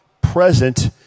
present